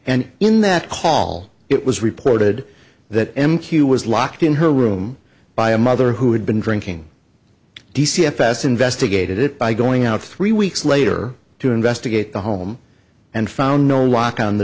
and in that call it was reported that m q was locked in her room by a mother who had been drinking d c f s investigated it by going out three weeks later to investigate the home and found no lock on the